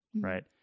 right